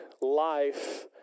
life